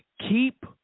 keep